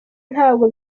ntabwo